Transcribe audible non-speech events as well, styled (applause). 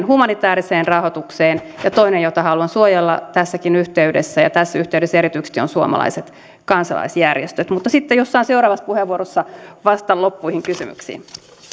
(unintelligible) humanitääriseen rahoitukseen ja toinen jota haluan suojella tässäkin yhteydessä ja tässä yhteydessä erityisesti on suomalaiset kansalaisjärjestöt mutta sitten jos saan seuraavassa puheenvuorossa vastaan loppuihin kysymyksiin